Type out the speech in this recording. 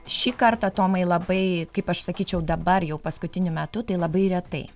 šį kartą tomai labai kaip aš sakyčiau dabar jau paskutiniu metu tai labai retai